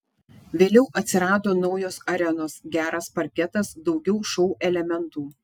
vėliau atsirado naujos arenos geras parketas daugiau šou elementų